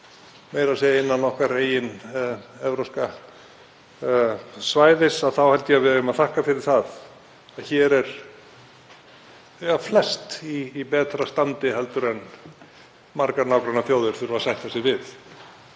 meira að segja innan okkar eigin evrópska svæðis, þá held ég að við eigum að þakka fyrir það að hér er flest í betra standi en margar nágrannaþjóðir þurfa að sætta sig við.